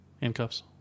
Handcuffs